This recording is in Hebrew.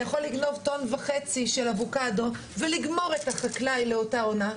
אתה יכול לגנוב טון וחצי של אבוקדו ולגמור את החקלאי לאותה עונה,